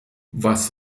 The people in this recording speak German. was